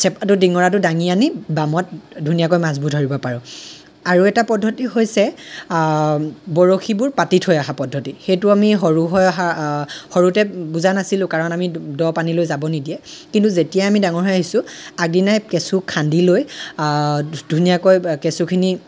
চেপাটো ডিঙৰাটো দাঙি আনি বামত ধুনীয়াকৈ মাছবোৰ ধৰিব পাৰোঁ আৰু এটা পদ্ধতি হৈছে বৰশীবোৰ পাতি থৈ অহা পদ্ধতি সেইটো আমি সৰু হৈ অহা সৰুতে বুজা নাছিলো কাৰণ আমি দ' পানীলৈ যাব নিদিয়ে কিন্তু যেতিয়াই আমি ডাঙৰ হৈ আহিছোঁ আগদিনাই কেঁচু খান্দি লৈ ধুনীয়াকৈ কেঁচুখিনি